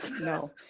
No